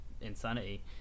insanity